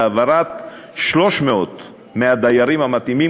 להעברת 300 מהדיירים המתאימים,